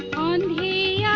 on the